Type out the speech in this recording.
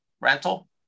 rental